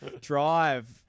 drive